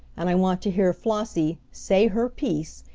and i want to hear flossie say her piece,